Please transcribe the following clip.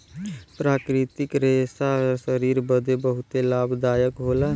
प्राकृतिक रेशा शरीर बदे बहुते लाभदायक होला